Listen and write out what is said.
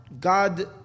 God